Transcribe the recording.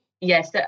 yes